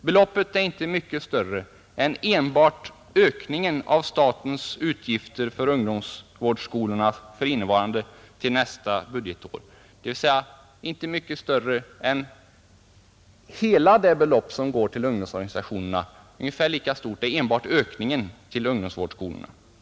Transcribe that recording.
Hela det belopp som går till ungdomsorganisationerna är inte mycket större än enbart ökningen av statens utgifter för ungdomsvårdsskolorna från innevarande till nästa budgetår.